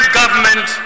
government